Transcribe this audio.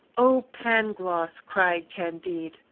oh, pangloss! cried candide,